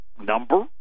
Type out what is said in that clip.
number